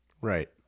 Right